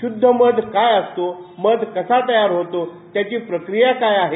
शूद्ध मध काय असतो मध कसा तयार होतो त्याची प्रक्रिया काय आहे